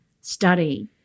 study